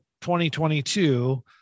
2022